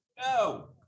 No